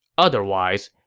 otherwise,